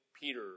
Peter